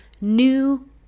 new